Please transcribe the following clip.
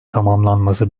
tamamlanması